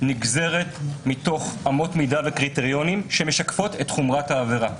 נגזרת מתוך אמות מידה וקריטריונים שמשקפים את חומרת העבירה.